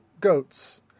goats